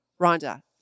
Rhonda